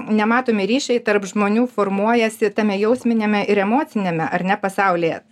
nematomi ryšiai tarp žmonių formuojasi tame jausminiame ir emociniame ar ne pasaulyje